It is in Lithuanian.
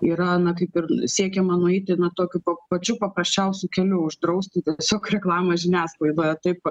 yra na kaip ir siekiama nueiti na tokiu pa pačiu paprasčiausiu keliu uždrausti tiesiog reklamą žiniasklaidoje taip